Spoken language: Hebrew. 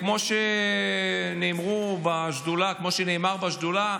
כמו שנאמר בשדולה,